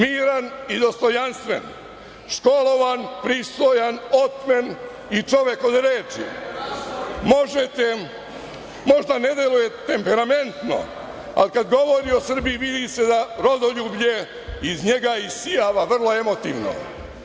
Miran i dostojanstven, školovan, pristojan, otmen i čovek od reči. Možda ne deluje temperamentno, ali kad govori o Srbiji, vidi se da rodoljublje iz njega isijava vrlo emotivno. Zdrava